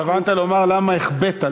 התכוונת לומר למה החבאת,